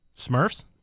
Smurfs